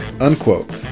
unquote